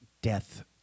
Death